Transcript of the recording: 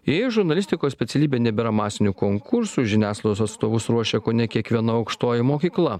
jei žurnalistikos specialybė nebėra masinių konkursų žiniasklaidos atstovus ruošia kone kiekviena aukštoji mokykla